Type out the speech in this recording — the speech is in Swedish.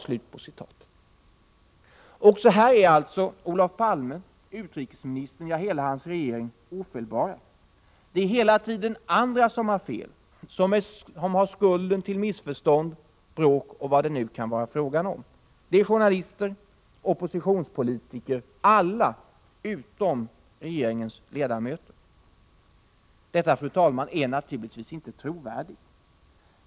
Också i detta avseende är Olof Palme, utrikesministern och regeringen ofelbara. Det är hela tiden andra som har fel, som bär skulden till missförstånd, bråk eller vad det nu kan vara fråga om. Det är journalister och oppositionspolitiker — ja, alla utom regeringens ledamöter. Detta, fru talman, är naturligtvis inte trovärdigt.